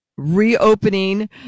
reopening